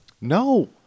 No